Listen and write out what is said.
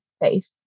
face